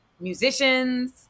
musicians